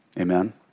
amen